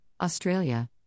Australia